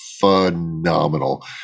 phenomenal